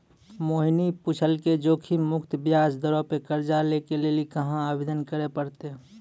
मोहिनी पुछलकै जोखिम मुक्त ब्याज दरो पे कर्जा लै के लेली कहाँ आवेदन करे पड़तै?